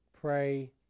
Pray